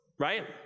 Right